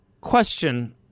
question